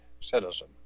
citizen